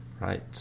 Right